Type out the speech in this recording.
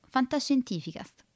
Fantascientificast